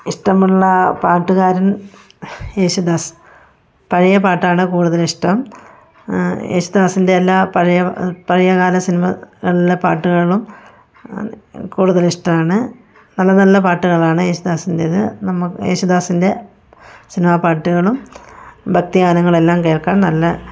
ഇഷ്ടമുള്ള പാട്ടുകാരൻ യേശുദാസ് പഴയ പാട്ടാണ് കൂടുതൽ ഇഷ്ടം യേശുദാസിൻ്റെ എല്ലാ പഴയ പഴയകാല സിനിമകളിലെ പാട്ടുകളും കൂടുതൽ ഇഷ്ടമാണ് നല്ല നല്ല പാട്ടുകളാണ് യേശുദാസിൻ്റെത് നമുക്ക് യേശുദാസിൻ്റെ സിനിമാപാട്ടുകളും ഭക്തി ഗാനങ്ങളെല്ലാം കേൾക്കാൻ നല്ല